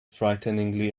frighteningly